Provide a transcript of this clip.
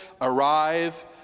arrive